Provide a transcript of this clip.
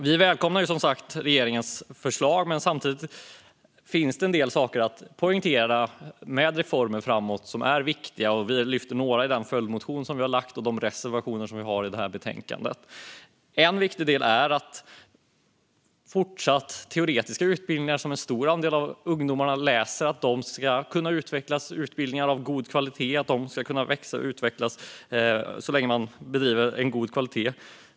Vi välkomnar som sagt regeringens förslag, men samtidigt finns det en del saker att poängtera med reformen som är viktiga framöver. Vi lyfter fram några i den följdmotion som vi har väckt och i de reservationer vi har i betänkandet. En viktig del är att de teoretiska utbildningarna, som en stor andel av ungdomarna läser, ska kunna utvecklas till utbildningar av god kvalitet. De ska kunna växa och utvecklas så länge de bedrivs med god kvalitet.